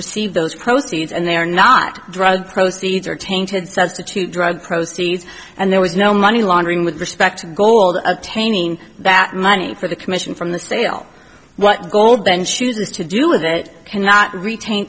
receive those proceeds and they are not drug proceeds are tainted substitute drug proceeds and there was no money laundering with respect gold obtaining that money for the commission from the sale what gold then chooses to do that cannot retain